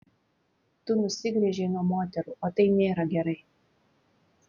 tu nusigręžei nuo moterų o tai nėra gerai